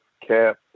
Cap